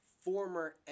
former